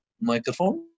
microphone